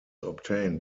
obtained